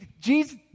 Jesus